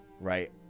right